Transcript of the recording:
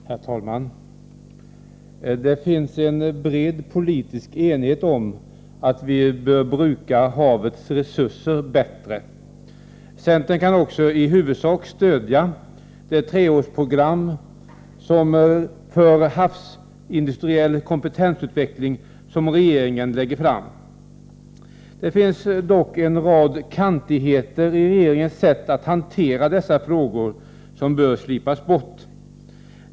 Herr talman! Det finns en bred politisk enighet om att vi bör bruka havets resurser bättre. Centern kan också i huvudsak stödja det treårsprogram för havsindustriell kompetensutveckling som regeringen lägger fram. Det finns dock en rad kantigheter i regeringens sätt att hantera dessa frågor som bör slipas bort.